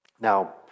Now